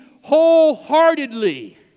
wholeheartedly